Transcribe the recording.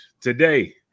today